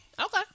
Okay